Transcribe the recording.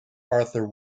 arthur